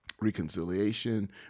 Reconciliation